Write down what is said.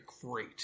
great